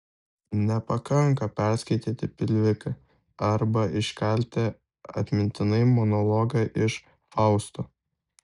nepakanka perskaityti pikviką arba iškalti atmintinai monologą iš fausto